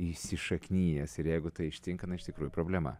įsišaknijęs ir jeigu tai ištinka na iš tikrųjų problema